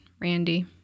Randy